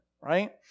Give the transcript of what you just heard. right